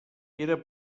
era